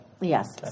Yes